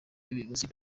y’ubuyobozi